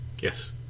yes